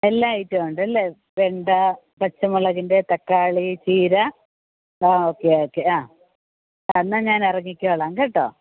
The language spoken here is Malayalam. എല്ലാ ഐറ്റവും ഉണ്ടല്ലേ വെണ്ട പച്ചമുളകിൻ്റെ തക്കാളി ചീര ആ ഓക്കെ ഓക്കെ ആ ആ എന്നാൽ ഞാൻ ഇറങ്ങിക്കോളാം കേട്ടോ